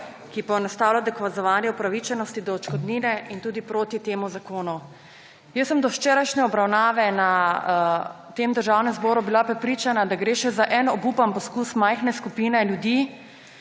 ki poenostavlja dokazovanje upravičenosti do odškodnine in tudi proti temu zakonu. Jaz sem do včerajšnje obravnave v tem državnem zboru bila prepričana, da gre še za en obupan poskus majhne skupine ljudi,